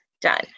done